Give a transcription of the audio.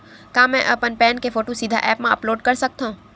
का मैं अपन पैन के फोटू सीधा ऐप मा अपलोड कर सकथव?